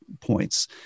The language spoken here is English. points